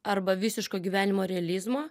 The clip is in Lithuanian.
arba visiško gyvenimo realizmo